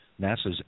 NASA's